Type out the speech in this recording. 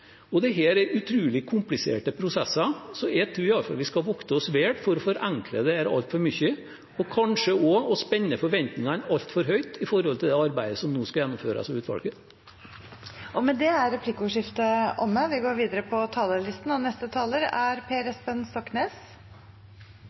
det. Dette er utrolig kompliserte prosesser, så jeg tror vi skal vokte oss vel for å forenkle det altfor mye, og kanskje også for å spenne forventningene til arbeidet som nå skal gjennomføres av utvalget, altfor høyt. Replikkordskiftet er omme. Verden som helhet har i dag mer enn nok mat til at vi kan mette alle, og